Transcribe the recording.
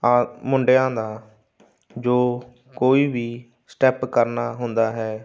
ਆ ਮੁੰਡਿਆਂ ਦਾ ਜੋ ਕੋਈ ਵੀ ਸਟੈਪ ਕਰਨਾ ਹੁੰਦਾ ਹੈ